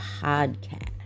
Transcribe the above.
podcast